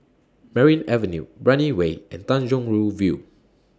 Merryn Avenue Brani Way and Tanjong Rhu View